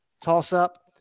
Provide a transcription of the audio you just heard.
toss-up